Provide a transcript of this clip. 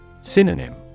Synonym